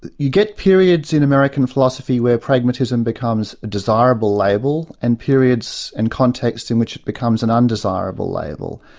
you get periods in american philosophy where pragmatism becomes a desirable label, and periods and contexts in which it becomes an undesirable label.